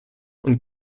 und